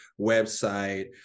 website